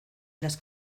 las